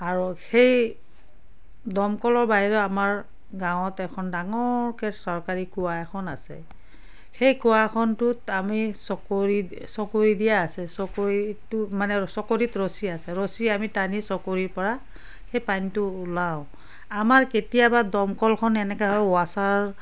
আৰু সেই দমকলৰ বাহিৰেও আমাৰ গাঁৱত এখন ডাঙৰকৈ চৰকাৰী কুঁৱা এখন আছে সেই কুঁৱাখনটোত আমি চকৰি চকৰি দিয়া আছে চকৰিটো মানে চকৰিত ৰছী আছে ৰছী আমি টানি চকৰিৰ পৰা সেই পানীটো ওলাওঁ আমাৰ কেতিয়াবা দমকলখন এনেকা হয় ৱাচাৰ